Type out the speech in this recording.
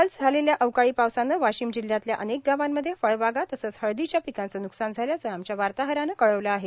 काल झालेल्या अवकाळी पावसानं वाशीम जिल्ह्यातल्या अनेक गावांमध्ये फळबागा तसंच हळदीच्या पिकाचं न्कसान झाल्याचं आमच्या वार्ताहरानं कळवलं आहे